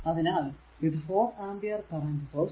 അതിനാൽ ഇത് 4 ampere current source